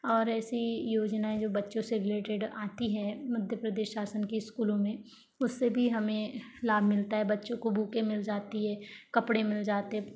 और ऐसी योजनाएँ जो बच्चों से रिलेटेड आती हैं मध्य प्रदेश शासन के स्कूलों में उससे भी हमें लाभ मिलता है बच्चों को बुके मिल जाती हैं कपड़े मिल जाते हैं